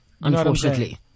unfortunately